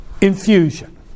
infusion